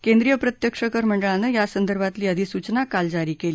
केंद्रीय प्रत्यक्ष कर मंडळानं यासंदर्भातली अधिसूचना काल जारी केली